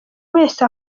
wese